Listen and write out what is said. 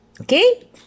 Okay